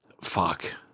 fuck